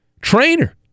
trainer